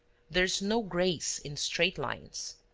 there is no grace in straight lines.